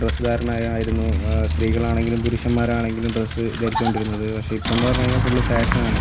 dress ധാരണ ആയിരുന്നു സ്ത്രീകളാണെങ്കിലും പുരുഷന്മാരാണെങ്കിലും ഡ്രസ്സ് ധരിച്ചു കൊണ്ടിരുന്നത് പക്ഷെ ഇപ്പം എന്ന് പറഞ്ഞ് കഴിഞ്ഞാൽ ഫുള്ള് ഫാഷനാണ്